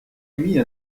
émis